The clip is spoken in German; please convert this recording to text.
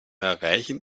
erreichen